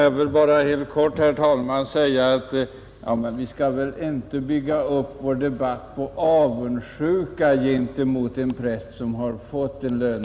Nr 79 Herr talman! Nej, men konsekvens och jämlikhet passar bra in i Torsdagen den